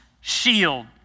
shield